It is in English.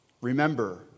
remember